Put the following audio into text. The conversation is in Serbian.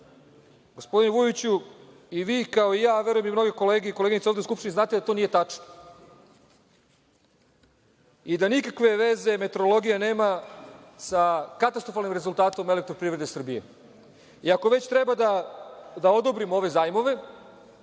Gospodine Vujoviću, i vi kao i ja, a verujem i mnoge kolege i koleginice ovde u Skupštini, znate da to nije tačno, da nikakve veze meteorologija nema sa katastrofalnim rezultatom „Elektroprivrede Srbije“. Ako već treba da odobrimo ove zajmove,